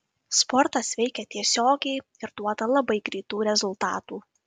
sportas veikia tiesiogiai ir duoda labai greitų rezultatų